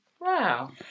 Wow